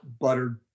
buttered